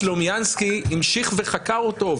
סלומיאנסקי המשיך וחקר אותו.